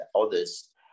others